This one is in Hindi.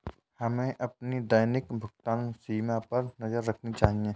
हमें अपनी दैनिक भुगतान सीमा पर नज़र रखनी चाहिए